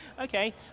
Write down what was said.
Okay